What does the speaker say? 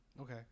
Okay